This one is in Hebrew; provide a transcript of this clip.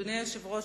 אדוני היושב-ראש,